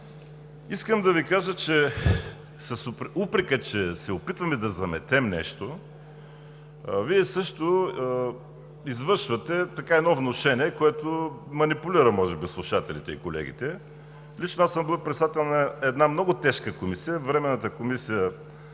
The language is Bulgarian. Искам да Ви кажа, че с упрека, че се опитваме да заметем нещо, Вие също извършвате едно внушение, което манипулира може би слушателите и колегите. Лично аз съм бил председател на една много тежка комисия – Временната комисия